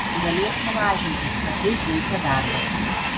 galėčiau lažintis kad tai zuikio darbas